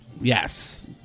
Yes